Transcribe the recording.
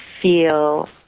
feel